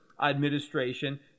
administration